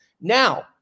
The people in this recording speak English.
Now